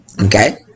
Okay